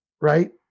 Right